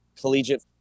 collegiate